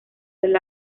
del